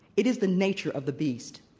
it is the nature of the beast,